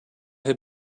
have